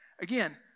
Again